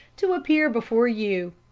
to appear before you.